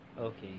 okay